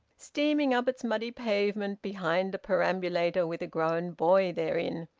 steaming up its muddy pavement behind a perambulator with a grown boy therein.